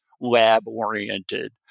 lab-oriented